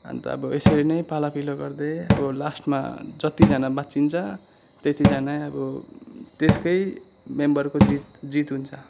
अन्त अब यसरी नै पालो पिलो गर्दै अब लास्टमा जतिजना बाँचिन्छ त्यतिजानै अब त्यसकै मेम्बरको जित जित हुन्छ